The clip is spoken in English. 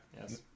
Yes